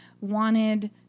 wanted